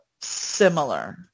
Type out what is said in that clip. similar